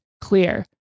clear